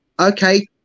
Okay